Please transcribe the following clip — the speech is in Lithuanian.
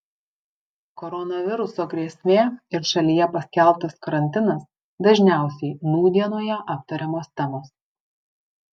koronaviruso grėsmė ir šalyje paskelbtas karantinas dažniausiai nūdienoje aptariamos temos